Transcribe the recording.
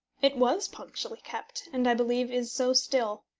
it was punctually kept, and, i believe, is so still.